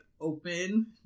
open